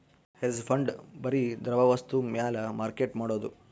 hedge fund ಬರಿ ದ್ರವ ವಸ್ತು ಮ್ಯಾಲ ಮಾರ್ಕೆಟ್ ಮಾಡೋದು